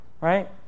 right